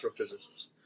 astrophysicists